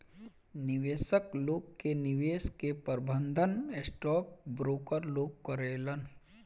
निवेशक लोग के निवेश के प्रबंधन स्टॉक ब्रोकर लोग करेलेन